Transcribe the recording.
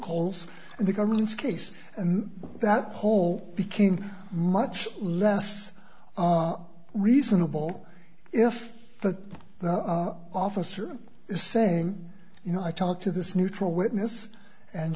in the government's case and that whole became much less reasonable if the officer is saying you know i talked to this neutral witness and